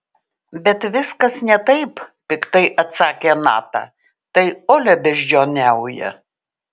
bet viskas ne taip piktai atsakė nata tai olia beždžioniauja